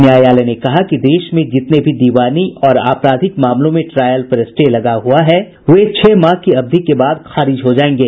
न्यायालय ने कहा कि देश में जितने भी दीवानी और आपराधिक मामलों में ट्रायल पर स्टे लगा हुआ है वे छह माह की अवधि के बाद खारिज हो जायेंगे